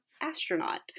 astronaut